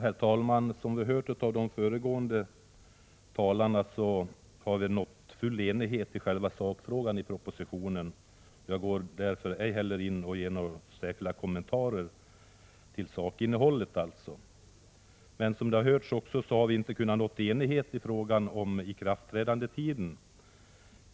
Herr talman! Som vi har hört av de föregående talarna har utskottet nått full enighet i själva sakfrågan i propositionen. Jag går därför ej in och kommenterar själva innehållet i de föreslagna ändringarna av skattelagstiftningen. Som vi också hört av föregående talare, har vi dock inte kunnat nå enighet i fråga om ikraftträdandetiden.